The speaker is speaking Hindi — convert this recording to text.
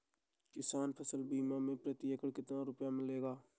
किसान फसल बीमा से प्रति एकड़ कितना रुपया मिलेगा?